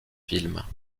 films